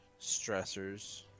stressors